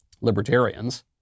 libertarians